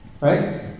Right